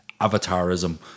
avatarism